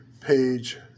page